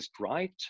right